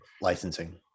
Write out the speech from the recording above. licensing